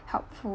helpful